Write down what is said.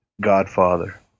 Godfather